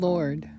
Lord